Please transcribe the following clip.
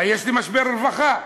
יש לי משבר רווחה,